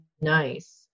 nice